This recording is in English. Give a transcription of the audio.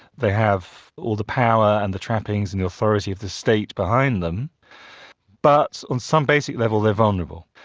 they have all the power and the trappings and the authority of the state behind them but on some basic level they are vulnerable.